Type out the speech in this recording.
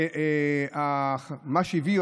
ומה שהביא,